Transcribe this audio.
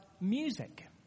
music